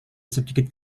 sedikit